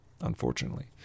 unfortunately